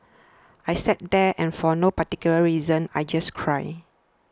I sat there and for no particular reason I just cried